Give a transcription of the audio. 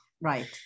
right